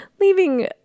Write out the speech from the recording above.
leaving